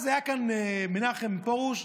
אז היה כאן הרב מנחם פרוש,